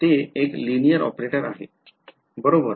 ते एक linear operator आहे बरोबर